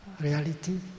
reality